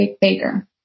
baker